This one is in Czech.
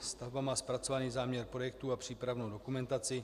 Stavba má zpracovaný záměr projektu a přípravnou dokumentaci.